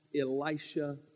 Elisha